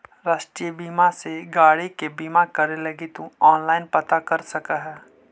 राष्ट्रीय बीमा से गाड़ी के बीमा करे लगी तु ऑनलाइन पता कर सकऽ ह